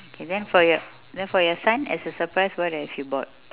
then for your then for your son as a surprise what have you bought